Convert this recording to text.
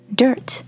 dirt